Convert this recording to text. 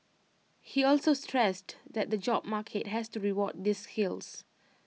he also stressed that the job market has to reward these skills